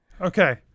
Okay